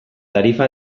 tarifa